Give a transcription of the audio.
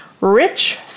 rich